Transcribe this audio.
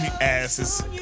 asses